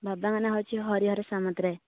ବାବାଙ୍କ ନାଁ ହେଉଛି ହରିହର ସାମନ୍ତରାୟ